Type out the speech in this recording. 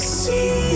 see